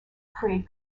create